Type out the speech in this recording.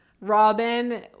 Robin